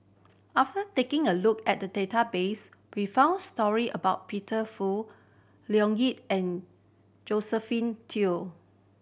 after taking a look at database we found story about Peter Fu Leo Yip and Josephine Teo